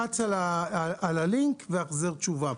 שילחץ על הלינק להחזרת תשובה.